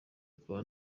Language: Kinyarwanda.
akaba